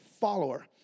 follower